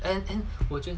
and then 我就